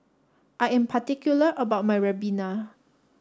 I am particular about my Ribena